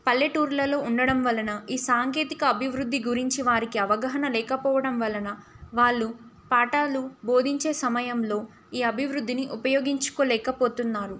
పల్లెటూర్లలో ఉండడం వలన ఈ సాంకేతిక అభివృద్ధి గురించి వారికి అవగాహన లేకపోవడం వలన వాళ్ళు పాఠాలు బోధించే సమయంలో ఈ అభివృద్ధిని ఉపయోగించుకోలేకపోతున్నారు